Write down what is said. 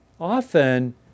often